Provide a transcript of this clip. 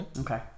okay